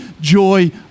joy